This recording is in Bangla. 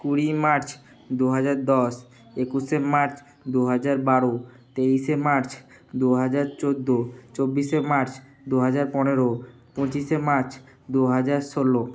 কুড়ি মার্চ দু হাজার দশ একুশে মার্চ দু হাজার বারো তেইশে মার্চ দু হাজার চোদ্দো চব্বিশে মার্চ দু হাজার পনেরো পঁচিশে মার্চ দু হাজার ষোলো